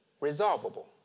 resolvable